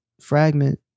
fragment